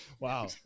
Wow